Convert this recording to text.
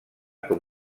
com